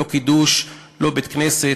לא קידוש, לא בית-כנסת.